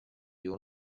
your